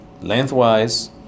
lengthwise